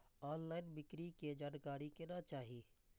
Online बिक्री के जानकारी केना चाही?